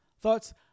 thoughts